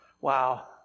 Wow